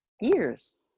years